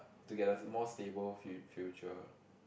to get a more stable fu~ future